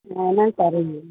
ஆன சரிங்க